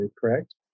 correct